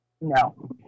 No